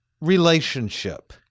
relationship